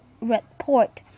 report